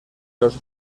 los